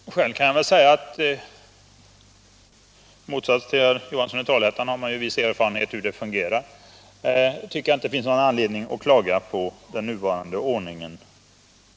Men regeringen har ju i motsats till herr Johansson i Trollhättan viss erfarenhet av hur det fungerar, och då tycker jag inte att det finns någon anledning att klaga på den nuvarande ordningen.